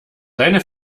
deine